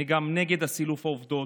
אני גם נגד סילוף העובדות,